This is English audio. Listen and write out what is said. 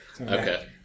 Okay